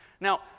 Now